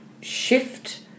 shift